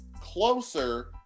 closer